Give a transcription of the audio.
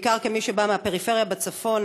בעיקר כמי שבאה מהפריפריה בצפון,